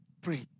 Pray